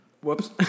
Whoops